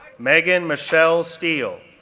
megan michelle steel,